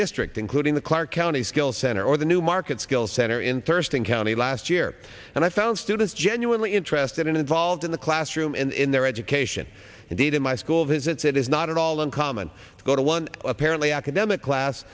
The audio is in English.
district including the clark county skills center or the newmarket skills center in thurston county last year and i found students genuinely interested and involved in the classroom and in their education indeed in my school visits it is not at all uncommon to go to one apparently academic class